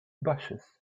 bushes